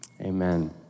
amen